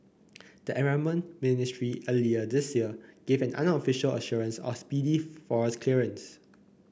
the environment ministry earlier this year gave an unofficial assurance of speedy forest clearance